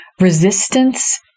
resistance